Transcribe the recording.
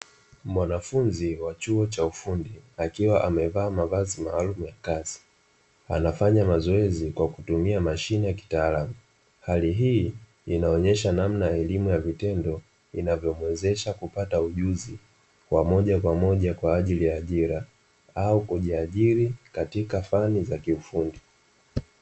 Mwanafunzi wa chuo cha ufundi akiwa amevaa mavazi maalumu ya kazi, anafanya mazoezi kwa kutumia mashine ya kitaalamu. Hali hii inaonyesha namnanelimu ya vitendo inayo muwezesha kupata ujuzi wa moja kwa moja kwaajili ya ajira au kujiajiri katika fani za kiufundi.